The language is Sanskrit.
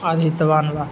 अधीतवान् वा